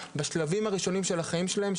בשלבים הראשונים של החיים שלהם,